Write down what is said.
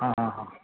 હા હા હા